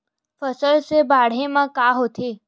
फसल से बाढ़े म का होथे?